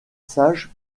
sage